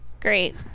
Great